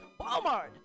Walmart